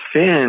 sin